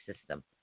system